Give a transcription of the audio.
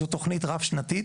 זו תוכנית רב-שנתית.